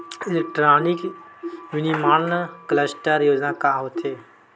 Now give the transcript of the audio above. Electronic विनीर्माण cluster योजना का होथे?